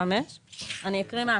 אני אקריא מהכחול.